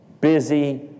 busy